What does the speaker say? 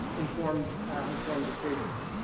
informed informed decisions.